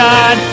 God